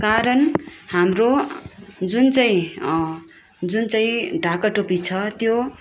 कारण हाम्रो जुन चाहिँ जुन चाहिँ ढाका टोपी छ त्यो